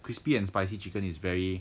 crispy and spicy chicken is very